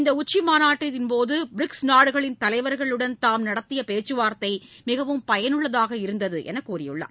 இந்தஉச்சிமாநாட்டின்போதபிரிக்ஸ் நாடுகளின் தலைவர்களுடன் தாம் நடத்தியபேச்சுவார்த்தைமிகவும் பயனுள்ளதாக இருந்ததுஎன்றுகூறியுள்ளார்